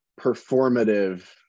performative